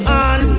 on